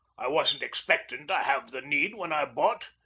i wasn't expecting to have the need when i bought.